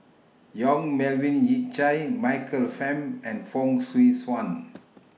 Yong Melvin Yik Chye Michael Fam and Fong Swee Suan